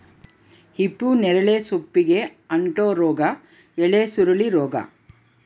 ಹಿಪ್ಪುನೇರಳೆ ಸೊಪ್ಪಿಗೆ ಅಂಟೋ ರೋಗ ಎಲೆಸುರುಳಿ ರೋಗ